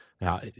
Now